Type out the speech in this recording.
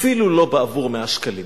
אפילו לא בעבור 100 שקלים.